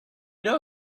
know